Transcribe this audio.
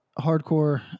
hardcore